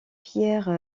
pierre